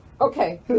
Okay